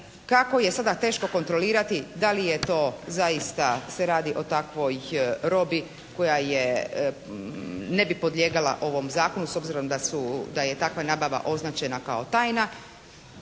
kako je sada teško kontrolirati da li je to zaista se radi o takvoj robi koja je, ne bi podlijegala ovom zakonu s obzirom da je takva nabava označena kao tajna.